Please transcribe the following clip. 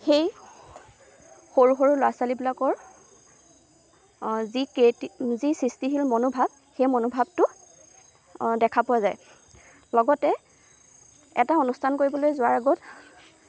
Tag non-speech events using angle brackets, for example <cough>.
সেই সৰু সৰু ল'ৰা ছোৱালীবিলাকৰ যি <unintelligible> যি সৃষ্টিশীল মনোভাৱ সেই মনোভাৱটো দেখা পোৱা যায় লগতে এটা অনুষ্ঠান কৰিবলৈ যোৱাৰ আগত